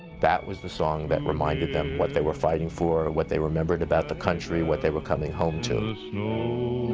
that was the song that reminded them what they were fighting for, what they remembered about the country, what they were coming home to. so